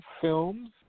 Films